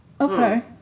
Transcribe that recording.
Okay